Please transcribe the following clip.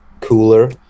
cooler